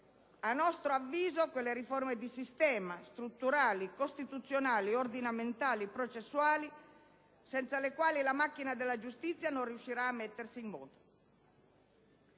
a nostro avviso, quelle riforme di sistema, strutturali, costituzionali, ordinamentali e processuali senza le quali la macchina della giustizia non riuscirà a mettersi in moto.